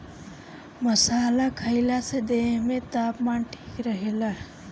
मसाला खईला से देह में तापमान ठीक रहेला